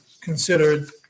considered